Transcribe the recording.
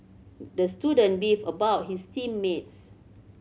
the student beefed about his team mates